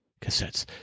cassettes